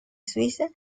suiza